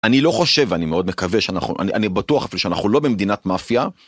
אני לא חושב ואני מאוד מקווה שאנחנו, אני בטוח אבל שאנחנו לא במדינת מאפיה.